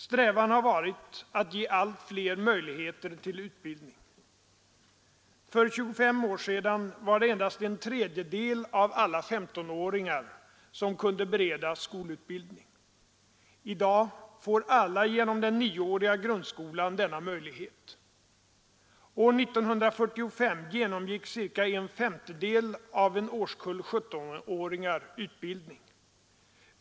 Strävan har varit att ge allt fler möjligheter till utbildning. För 25 år sedan var det endast en tredjedel av alla 15-åringar, som kunde beredas skolutbildning. I dag får alla genom den nioåriga grundskolan denna möjlighet. År 1945 genomgick cirka en femtedel av en årskull 17-åringar utbildning.